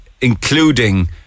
including